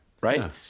Right